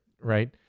right